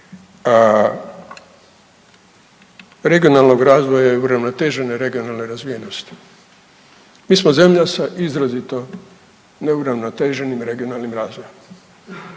regionalnog razvoja i uravnotežene regionalne razvijenosti. Mi smo zemlja sa izrazito neuravnoteženim regionalnim razvojem.